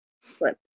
slip